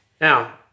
Now